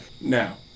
now